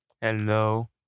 Hello